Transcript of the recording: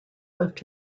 left